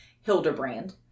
Hildebrand